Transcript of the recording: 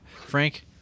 Frank